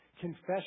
Confession